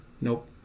Nope